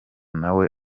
nawe